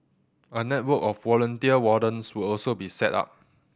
a network of volunteer wardens will also be set up